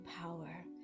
power